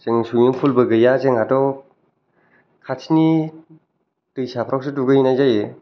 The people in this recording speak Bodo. जों सुइमिंफुलबो गैया जोंहाथ' खाथिनि दैसाफ्रावसो दुगैहैनाय जायो